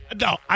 No